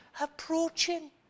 approaching